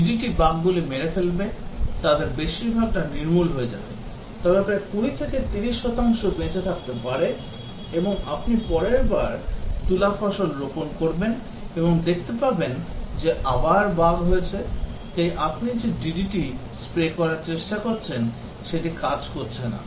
DDT বাগগুলি মেরে ফেলবে তাদের বেশিরভাগটি নির্মূল হয়ে যাবে তবে প্রায় ২০ ৩০ শতাংশ বেঁচে থাকতে পারে এবং আপনি পরের বার তুলা ফসল রোপণ করবেন এবং দেখতে পাবেন যে আবার বাগ রয়েছে তাই আপনি যে ডিডিটি স্প্রে করার চেষ্টা করছেন সেটি কাজ করছে না